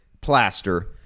Plaster